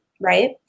right